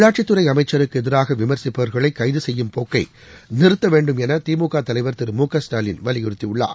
உள்ளாட்சித்துறைஅமைச்சருக்குஎதிராகவிமர்சிப்பவர்களைகைதுசெய்யும் போக்கைநிறுத்தவேண்டும் எனதிமுகதலைவர் திரு மு க ஸ்டாலின் வலியுறுத்தியுள்ளார்